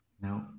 no